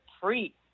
Free